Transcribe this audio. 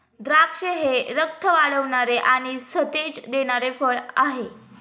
द्राक्षे हे रक्त वाढवणारे आणि सतेज देणारे फळ आहे